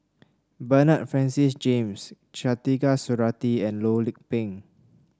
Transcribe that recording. Bernard Francis James Khatijah Surattee and Loh Lik Peng